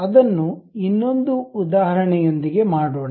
ಅದನ್ನು ಇನ್ನೊಂದು ಉದಾಹರಣೆಯೊಂದಿಗೆ ಮಾಡೋಣ